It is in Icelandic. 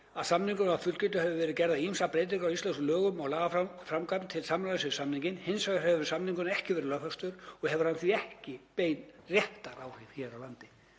að samningurinn var fullgiltur hafa verið gerðar ýmsar breytingar á íslenskum lögum og lagaframkvæmd til samræmis við samninginn. Hins vegar hefur samningurinn ekki verið lögfestur og hefur hann því ekki bein réttaráhrif hér á landi.“